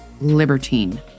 libertine